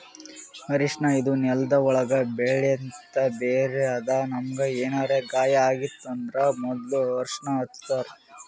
ಅರ್ಷಿಣ ಇದು ನೆಲ್ದ ಒಳ್ಗ್ ಬೆಳೆಂಥ ಬೇರ್ ಅದಾ ನಮ್ಗ್ ಏನರೆ ಗಾಯ ಆಗಿತ್ತ್ ಅಂದ್ರ ಮೊದ್ಲ ಅರ್ಷಿಣ ಹಚ್ತಾರ್